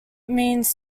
means